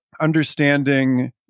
understanding